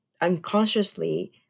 unconsciously